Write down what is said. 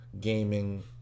gaming